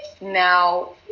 now